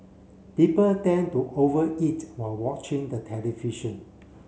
people tend to over eat while watching the television